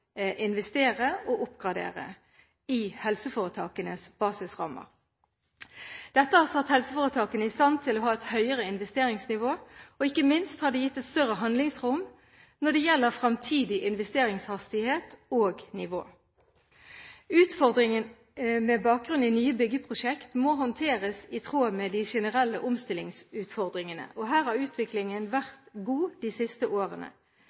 investere og oppgradere i helseforetakenes basisrammer. Dette har satt helseforetakene i stand til å ha et høyere investeringsnivå, og ikke minst har det gitt et større handlingsrom når det gjelder fremtidig investeringshastighet og -nivå. Utfordringen med bakgrunn i nye bygningsprosjekt må håndteres i tråd med de generelle omstillingsutfordringene. Her har utviklingen vært god de siste årene.